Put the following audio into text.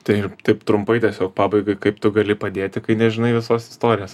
tai ir taip trumpai tiesiog pabaigai kaip tu gali padėti kai nežinai visos istorijos